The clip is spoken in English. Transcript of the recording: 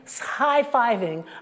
high-fiving